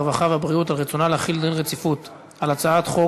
הרווחה והבריאות להחיל דין רציפות על הצעת חוק